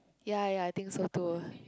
ya ya I think so too